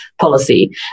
policy